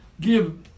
give